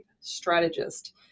strategist